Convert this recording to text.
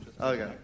Okay